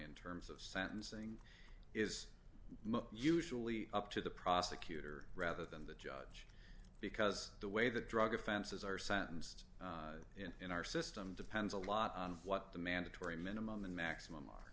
in terms of sentencing is usually up to the prosecutor rather than the judge because the way the drug offenses are sentenced in our system depends a lot on what the mandatory minimum and maximum are